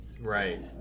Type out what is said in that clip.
Right